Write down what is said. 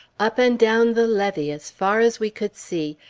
up and down the levee, as far as we could see,